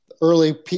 early